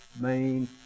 main